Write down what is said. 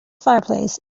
fireplace